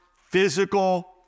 physical